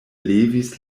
levis